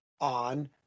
on